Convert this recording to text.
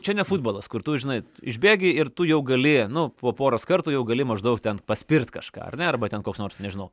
čia ne futbolas kur tu žinai išbėgi ir tu jau gali nu po poros kartų jau gali maždaug ten paspirt kažką ar ne arba ten koks nors nežinau